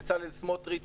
בצלאל סמוטריץ',